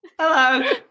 Hello